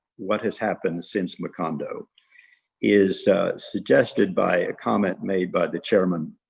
what has happened since macondo is suggested by a comment made by the chairman?